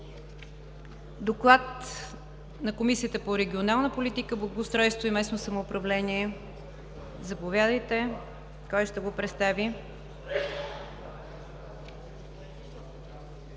Доклад на Комисията по регионална политика, благоустройство и местно самоуправление. Заповядайте, господин